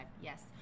yes